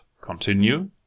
Continue